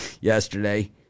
yesterday